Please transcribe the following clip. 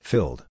Filled